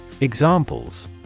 examples